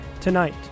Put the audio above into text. Tonight